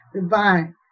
divine